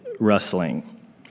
rustling